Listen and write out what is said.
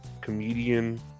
comedian